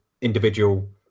individual